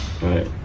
Right